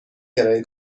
کرایه